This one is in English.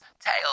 tail